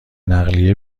نقلیه